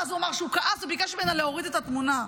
ואז הוא אמר שהוא כעס וביקש ממנה להוריד את התמונה.